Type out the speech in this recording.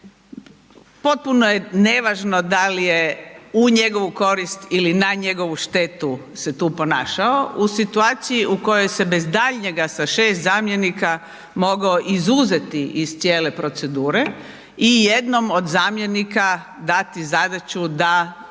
potpuno je nevažno da li je u njegovu korist ili na njegovu štetu se tu ponašao u situaciji u kojoj se bez daljnjega sa 6 zamjenika mogao izuzeti iz cijele procedure i jednom od zamjenika dati zadaću da